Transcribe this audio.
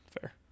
Fair